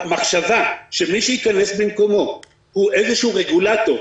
המחשבה שמי שייכנס במקומו הוא איזשהו רגולטור,